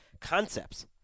concepts